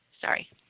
Sorry